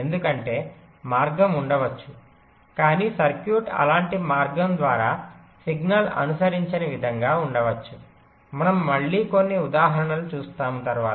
ఎందుకంటే మార్గం ఉండవచ్చు కానీ సర్క్యూట్ అలాంటి మార్గం ద్వారా సిగ్నల్ అనుసరించని విధంగా ఉండవచ్చు మనం మళ్ళీ కొన్ని ఉదాహరణలు చూస్తాము తరువాత